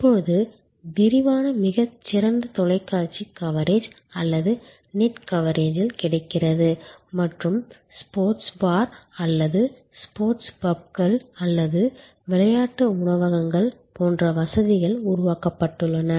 இப்போது விரிவான மிகச் சிறந்த தொலைக்காட்சி கவரேஜ் அல்லது நெட் கவரேஜில் கிடைக்கிறது மற்றும் ஸ்போர்ட்ஸ் பார் அல்லது ஸ்போர்ட்ஸ் பப்கள் அல்லது விளையாட்டு உணவகங்கள் போன்ற வசதிகள் உருவாக்கப்பட்டுள்ளன